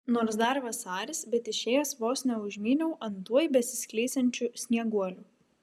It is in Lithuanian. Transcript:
nors dar vasaris bet išėjęs vos neužmyniau ant tuoj besiskleisiančių snieguolių